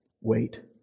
Wait